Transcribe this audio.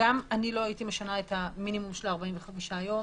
גם לא הייתי משנה את המינימום של ה-45 יום,